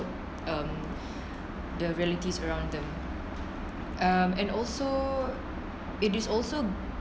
um the realities around them um and also it is also